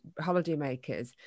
holidaymakers